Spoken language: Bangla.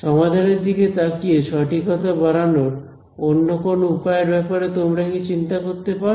সমাধানের দিকে তাকিয়ে সঠিকতা বাড়ানোর অন্য কোন উপায় এর ব্যাপারে তোমরা কি চিন্তা করতে পারো